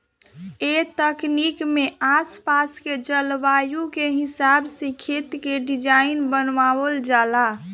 ए तकनीक में आस पास के जलवायु के हिसाब से खेत के डिज़ाइन बनावल जाला